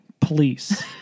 police